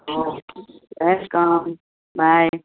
okay welcome bye